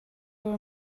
your